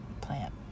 plant